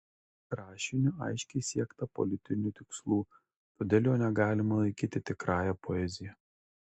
rašiniu aiškiai siekta politinių tikslų todėl jo negalima laikyti tikrąja poezija